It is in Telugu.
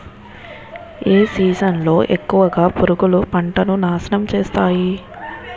ఏ సీజన్ లో ఎక్కువుగా పురుగులు పంటను నాశనం చేస్తాయి?